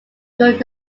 could